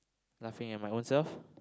laughing at my own self